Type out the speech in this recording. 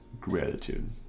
gratitude